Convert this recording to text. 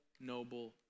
noble